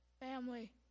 family